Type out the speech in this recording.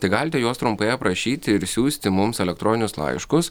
tai galite juos trumpai aprašyti ir siųsti mums elektroninius laiškus